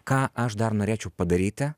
ką aš dar norėčiau padaryti